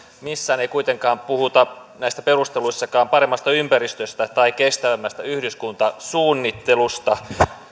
missään ei kuitenkaan puhuta näissä perusteluissakaan paremmasta ympäristöstä tai kestävämmästä yhdyskuntasuunnittelusta